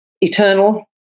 eternal